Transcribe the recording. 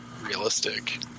realistic